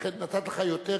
לכן נתתי לך יותר,